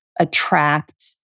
Attract